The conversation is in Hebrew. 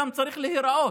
שוויון גם צריך להיראות.